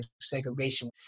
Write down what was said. segregation